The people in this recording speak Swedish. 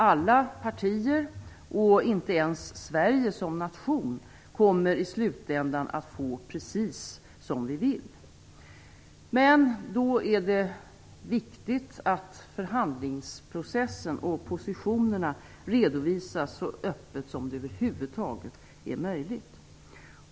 Inga partier och inte ens Sverige som nation kommer i slutänden att få precis som vi vill. Det är då viktigt att förhandlingsprocessen och positionerna redovisas så öppet som det över huvud taget är möjligt.